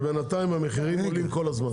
בינתיים המחירים עולים כל הזמן.